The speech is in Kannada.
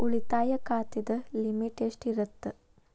ಉಳಿತಾಯ ಖಾತೆದ ಲಿಮಿಟ್ ಎಷ್ಟ ಇರತ್ತ?